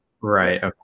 Right